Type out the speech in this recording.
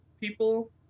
people